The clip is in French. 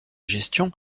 gestion